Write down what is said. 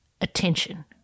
attention